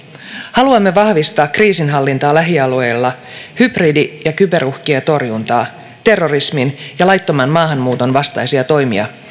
haluamme vahvistaa kriisinhallintaa lähialueilla hybridi ja kyberuhkien torjuntaa terrorismin ja laittoman maahanmuuton vastaisia toimia